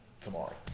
tomorrow